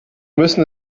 müssen